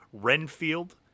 Renfield